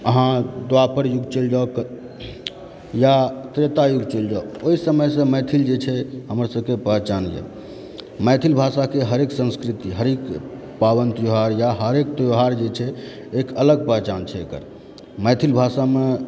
अहाँ द्वापर युग चलि जाउ या त्रेता युग चलि जाउ ओहि समयसँ मैथिल जे छै हमरसबके पहिचान यऽ मैथिल भाषाके हरेक संस्कृति हरेक पाबनि त्यौहार या हरेक त्यौहार जे छै एक अलग पहिचान छै एकर मैथिल भाषामे